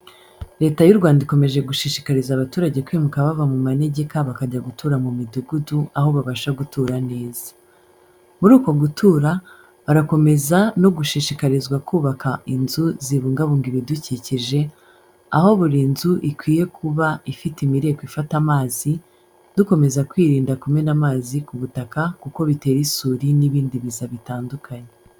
Leta y’u Rwanda ikomeje gushishikariza abaturage kwimuka bava mu manegeka bakajya gutura mu midugudu, aho babasha gutura neza. Muri uko gutura, barakomeza no gushishikarizwa kubaka inzu zibungabunga ibidukikije, aho buri nzu ikwiye kuba ifite imireko ifata amazi, dukomeza kwirinda kumena amazi ku butaka kuko bitera isuri n’ibindi biza bitandukanye.